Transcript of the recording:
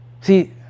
see